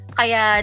kaya